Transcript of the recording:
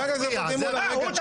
רגע, לא, לא, לא.